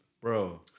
Bro